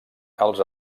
els